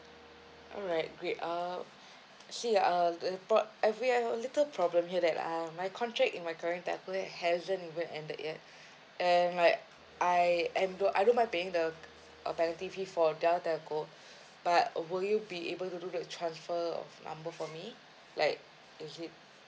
alright great uh see uh port we had a little problem here that uh my contract in my current telco hasn't even ended yet and like I am I don't mind paying the penalty fee for the other telco but will you be able to look at the transfer number for me like is it